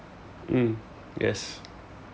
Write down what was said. mm yes